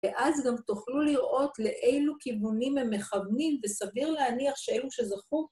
ואז גם תוכלו לראות לאילו כיוונים הם מכוונים וסביר להניח שאלו שזכו